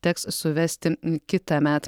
teks suvesti kitąmet